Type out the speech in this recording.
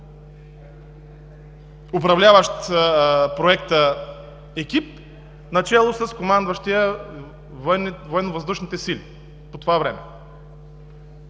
управляващ проекта екип начело с командващия Военновъздушните сили по това време.